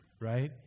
Right